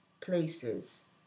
places